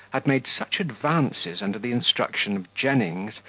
had made such advances under the instruction of jennings,